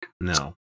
No